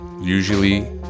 usually